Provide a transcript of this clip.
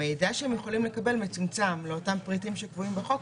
המידע שהם יכולים לקבל מצומצם לאותם פריטים שקבועים בחוק,